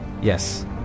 yes